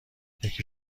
یکی